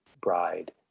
bride